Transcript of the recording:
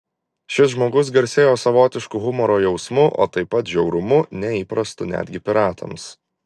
šis žmogus garsėjo savotišku humoro jausmu o taip pat žiaurumu neįprastu netgi piratams